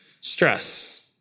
Stress